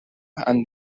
amb